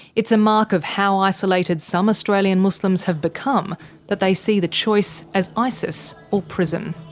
it's a mark of how isolated some australian muslims have become that they see the choice as isis, or prison.